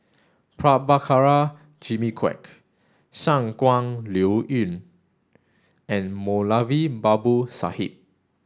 Prabhakara Jimmy Quek Shangguan Liuyun and Moulavi Babu Sahib